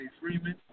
Freeman